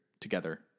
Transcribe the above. together